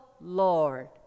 Lord